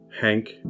Hank